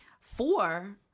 four